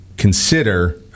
Consider